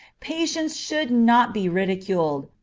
patients should not be ridiculed,